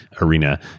Arena